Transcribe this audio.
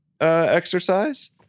exercise